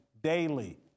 Daily